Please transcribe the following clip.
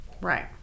Right